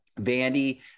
Vandy